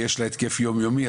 ויש לה התקף יומיומי,